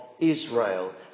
Israel